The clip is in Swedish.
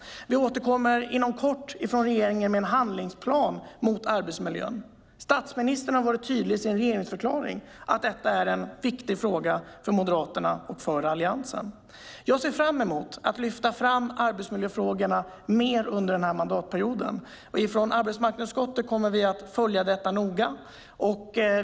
Vi återkommer inom kort från regeringen med en handlingsplan för arbetsmiljön. Statsministern har varit tydlig i sin regeringsförklaring med att detta är en viktig fråga för Moderaterna och för Alliansen. Jag ser fram emot att lyfta fram arbetsmiljöfrågorna mer under denna mandatperiod. Från arbetsmarknadsutskottet kommer vi att följa detta noga.